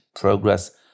progress